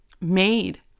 made